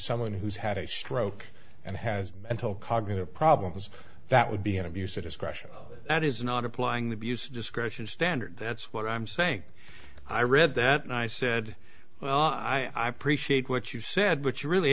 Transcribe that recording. someone who's had a stroke and has mental cognitive problems that would be an abuse of discretion that is not applying the busa discretion standard that's what i'm saying i read that and i said well i appreciate what you said but you really